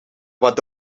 wat